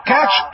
Catch